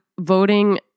voting